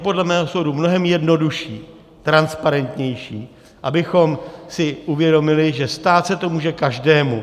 Podle mého soudu je mnohem jednodušší, transparentnější, abychom si uvědomili, že stát se to může každému.